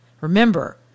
Remember